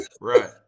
right